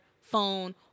phone